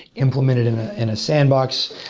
implement it in ah in a sandbox,